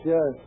Yes